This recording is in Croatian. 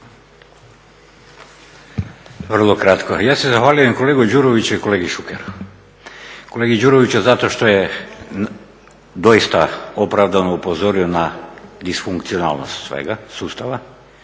Vrlo krako. Ja se zahvaljujem kolegi Đuroviću i kolegi Šukeru. Kolegi Đuroviću zato što je doista opravdano upozorio na disfunkcionalnost sve sustava,